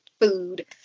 food